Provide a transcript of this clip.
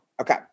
Okay